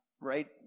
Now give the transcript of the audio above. right